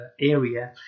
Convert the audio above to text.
area